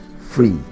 free